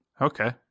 Okay